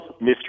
Mr